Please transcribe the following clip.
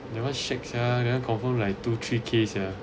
that one shakes sia that one confirm like two three case ya